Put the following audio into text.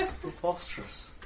preposterous